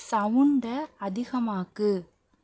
சவுண்டை அதிகமாக்கு